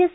S